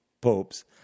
popes